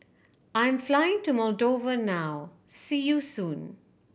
I'm flying to Moldova now see you soon